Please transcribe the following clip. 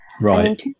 Right